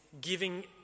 giving